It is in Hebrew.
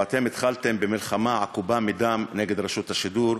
ואתם התחלתם במלחמה עקובה מדם נגד רשות השידור,